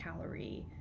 calorie